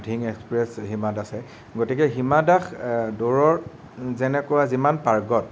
ধ্ৰিং express Hima দাসে গতিকে হিমা দাস দৌৰৰ যেনেকুৱা যিমান পাৰ্গত